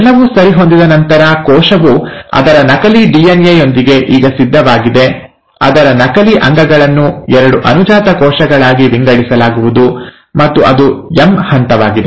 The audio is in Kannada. ಎಲ್ಲವೂ ಸರಿಹೊಂದಿದ ನಂತರ ಕೋಶವು ಅದರ ನಕಲಿ ಡಿಎನ್ಎ ಯೊಂದಿಗೆ ಈಗ ಸಿದ್ಧವಾಗಿದೆ ಅದರ ನಕಲಿ ಅಂಗಗಳನ್ನು ಎರಡು ಅನುಜಾತ ಕೋಶಗಳಾಗಿ ವಿಂಗಡಿಸಲಾಗುವುದು ಮತ್ತು ಅದು ಎಂ ಹಂತವಾಗಿದೆ